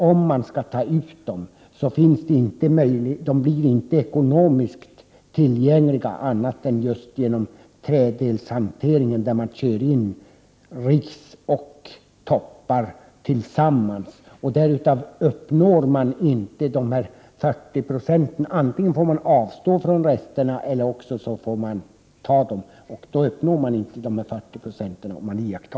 Om man skall ta vara på resterna, blir de inte ekonomiskt tillgängliga annat än genom just träddelshantering, där man kör in ris och toppar. Antingen får man avstå från resterna eller också får man använda dem, men då uppnår man icke 40 9.